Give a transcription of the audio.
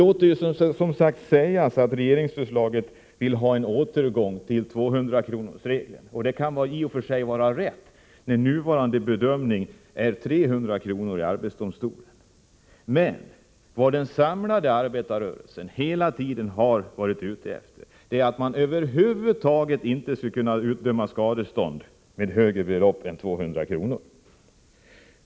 I regeringsförslaget föreslås en återgång till 200-kronorsregeln, och det kan tyckas vara ett bra förslag, eftersom arbetsdomstolen kan utdöma 300 kr. i skadestånd. Men vad den samlade arbetarrörelsen hela tiden har varit ute efter är att det över huvud taget inte skall kunna utdömas ett skadestånd på högre belopp än 200 kr.